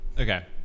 Okay